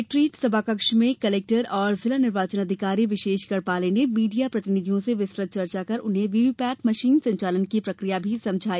collectorate सभाकक्ष में collector एवं जिला निर्वाचन अधिकारी विशेष गढ़पाले ने मीडिया प्रतिनिधियों से विस्तृत चर्चा कर उन्हें वीवीपैट मशीन संचालन की प्रक्रिया भी समझाई